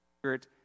Spirit